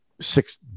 six